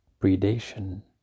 predation